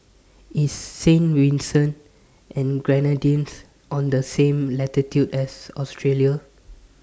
IS Saint Vincent and The Grenadines on The same latitude as Australia